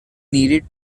needed